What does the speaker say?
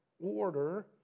order